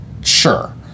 Sure